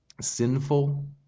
sinful